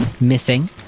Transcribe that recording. Missing